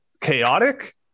chaotic